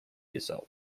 yourself